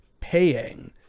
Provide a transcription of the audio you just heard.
paying